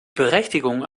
berechtigung